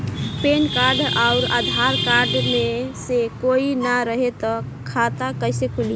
Pan card आउर Aadhaar card मे से कोई ना रहे त खाता कैसे खुली?